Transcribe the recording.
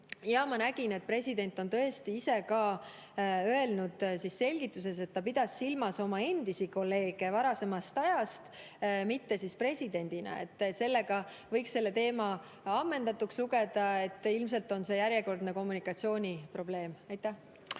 Ja ma nägin, et president on tõesti ise ka öelnud selgituses, et ta pidas silmas oma endisi kolleege varasemast ajast, mitte presidendina. Sellega võiks selle teema ammendatuks lugeda, ilmselt on see järjekordne kommunikatsiooniprobleem. Esiteks,